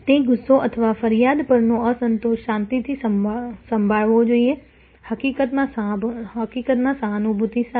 તે ગુસ્સો અથવા ફરિયાદ પરનો અસંતોષ શાંતિથી સંભાળવો જોઈએ હકીકતમાં સહાનુભૂતિ સાથે